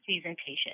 presentation